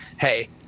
hey